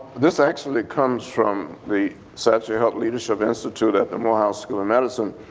this actually comes from the satcher health leadership institute at the morehouse school of medicine,